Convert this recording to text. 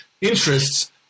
interests